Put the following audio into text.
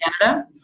Canada